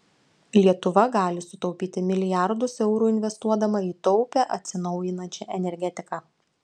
lietuva gali sutaupyti milijardus eurų investuodama į taupią atsinaujinančią energetiką